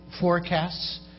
forecasts